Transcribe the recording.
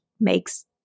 makes